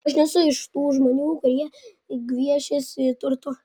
aš nesu iš tų žmonių kurie gviešiasi turtų